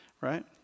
right